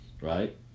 Right